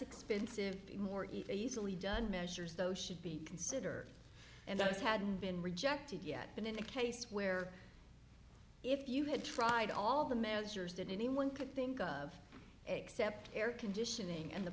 expensive more easily done measures though should be considered and those hadn't been rejected yet been in the case where if you had tried all the measures that anyone could think of except air conditioning and the